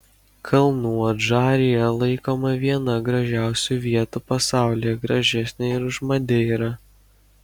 kalnų adžarija laikoma viena gražiausių vietų pasaulyje gražesnė ir už madeirą